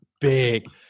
big